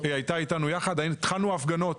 היא הייתה איתנו יחד והתחלנו בהפגנות.